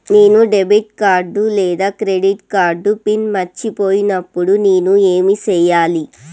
నేను debit card లేదా credit card pin మర్చిపోయినప్పుడు నేను ఏమి సెయ్యాలి?